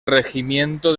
regimiento